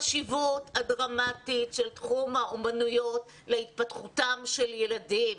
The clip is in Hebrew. את החשיבות הדרמטית של תחום האומנויות להתפתחותם של ילדים.